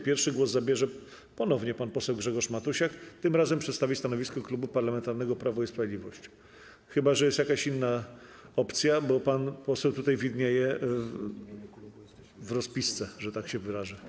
Pierwszy głos zabierze ponownie pan poseł Grzegorz Matusiak, który tym razem przedstawi stanowisko Klubu Parlamentarnego Prawo i Sprawiedliwość, chyba że jest jakaś inna opcja, bo pan poseł widnieje w rozpisce, że tak się wyrażę.